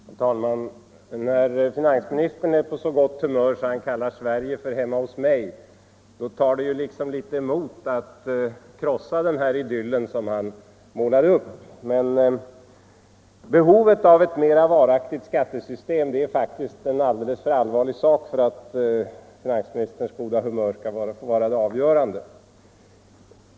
Herr talman! När finansministern är på så gott humör att han kallar Sverige ”hemma hos mig” tar det litet emot att krossa den idyll han målar upp. Men behovet av ett mera varaktigt skattesystem är en alldeles för allvarlig sak för att finansministerns goda humör skall få vara det avgörande.